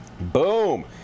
boom